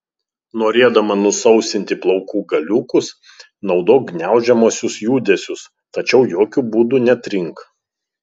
norėdama nusausinti plaukų galiukus naudok gniaužiamuosius judesius tačiau jokiu būdu netrink